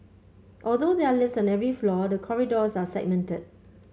although there are lifts on every floor the corridors are segmented